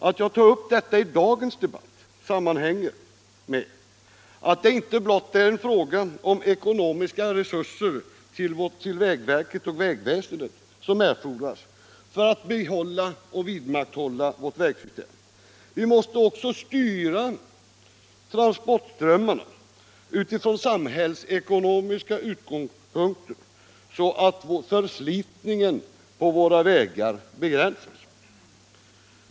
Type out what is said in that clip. Att jag tar upp detta i dagens debatt sammanhänger med att det inte blott är ekonomiska resurser till vägverket och vägväsendet som erfordras för att behålla och vidmakthålla vårt vägsystem. Vi måste också styra transportströmmarna från samhällsekonomiska utgångspunkter, så att förslitningen på våra vägar begränsas.